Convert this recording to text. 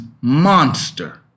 monster